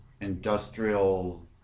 industrial